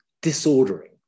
disordering